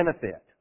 benefit